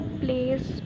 place